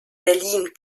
berlin